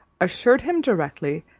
assured him directly,